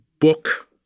book